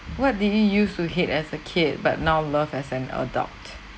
what did you use to hate as a kid but now love as an adult